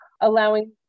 allowing